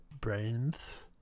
brains